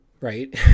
right